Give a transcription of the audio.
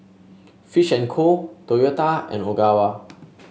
Fish and Co Toyota and Ogawa